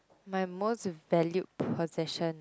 my most valued possession